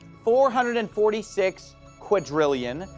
four hundred and forty six quadrillion,